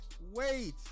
Wait